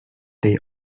they